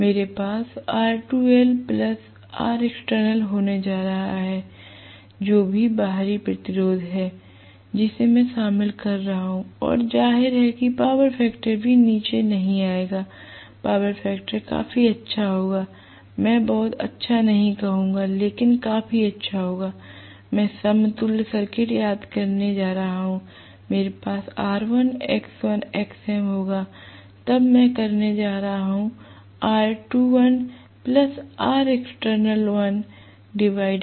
मेरे पास R2l Rexternal होने जा रहा है जो भी बाहरी प्रतिरोध है जिसे मैं शामिल कर रहा हूं और जाहिर है कि पावर फैक्टर भी नीचे नहीं आएगा पावर फैक्टर काफी अच्छा होगा मैं बहुत अच्छा नहीं कहूंगा लेकिन काफी अच्छा होगामैं समतुल्य सर्किट याद करने जा रहा हूँ मेरे पास R1 X1 Xm होगा तब मैं करने जा रहा हूँ R2lRexternalls